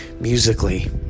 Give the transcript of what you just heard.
musically